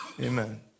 Amen